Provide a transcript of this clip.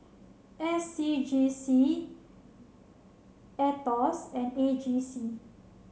S C G C AETOS and A G C